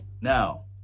Now